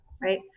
right